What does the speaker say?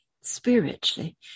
spiritually